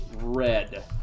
Red